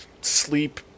sleep